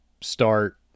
start